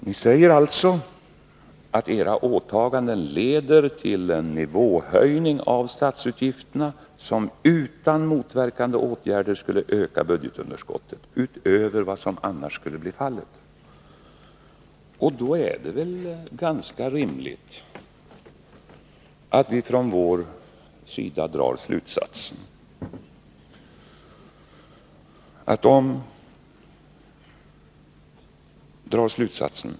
Ni säger alltså att era åtaganden leder till en nivåhöjning av statsutgifterna som utan motverkande åtgärder skulle öka budgetunderskottet utöver vad som annars skulle bli fallet. Och då är det väl ganska rimligt att vi från vår sida drar slutsatser.